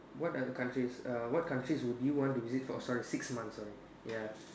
what are the countries err what country would you want to visit for sorry six months sorry ya